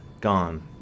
gone